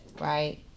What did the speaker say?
right